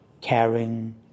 caring